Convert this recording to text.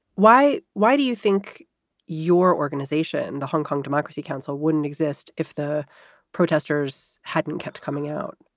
why? why do you think your organization, the hong kong democracy council, wouldn't exist if the protesters hadn't kept coming out?